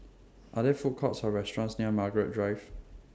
Are There Food Courts Or restaurants near Margaret Drive